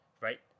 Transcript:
right